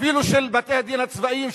אפילו של בתי-הדין הצבאיים,